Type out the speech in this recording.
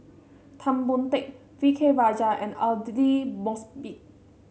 Tan Boon Teik V K Rajah and Aidli Mosbit